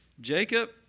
Jacob